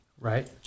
right